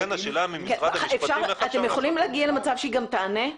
לכן השאלה ממשרד המשפטים --- אתם יכולים להגיע למצב שהיא גם תענה,